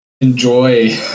enjoy